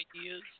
ideas